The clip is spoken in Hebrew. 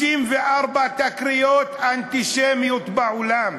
554 תקריות אנטישמיות בעולם.